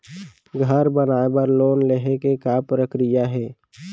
घर बनाये बर लोन लेहे के का प्रक्रिया हे?